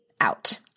out